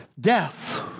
Death